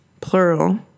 plural